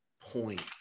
point